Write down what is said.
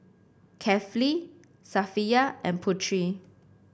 Kefli Safiya and Putri